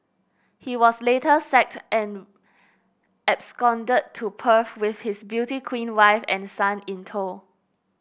he was later sacked and absconded to Perth with his beauty queen wife and son in tow